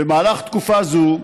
במהלך תקופה זו,